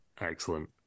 Excellent